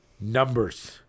Numbers